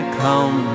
come